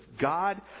God